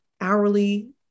hourly